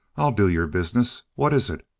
i'll do your business. what is it?